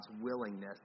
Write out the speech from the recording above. willingness